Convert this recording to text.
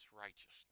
righteousness